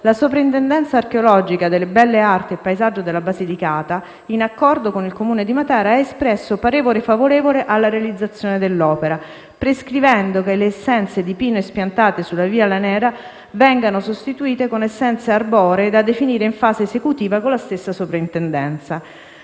la soprintendenza archeologia, belle arti e paesaggio della Basilicata, in accordo con il Comune di Matera, ha espresso parere favorevole alla realizzazione dell'opera, prescrivendo che le essenze di pino espiantate su via Lanera vengano sostituite con essenze arboree da definire in fase esecutiva con la stessa soprintendenza.